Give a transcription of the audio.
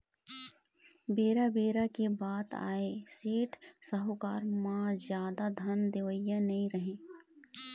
बेरा बेरा के बात आय सेठ, साहूकार म जादा धन देवइया नइ राहय